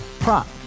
Prop